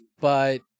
But-